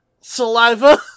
saliva